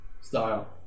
style